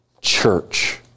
church